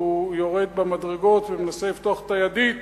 והוא יורד במדרגות ומנסה לפתוח את הידית